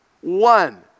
one